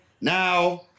Now